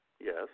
Yes